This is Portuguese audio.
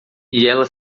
ela